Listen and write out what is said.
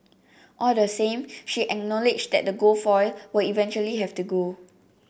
all the same she acknowledged that the gold foil will eventually have to go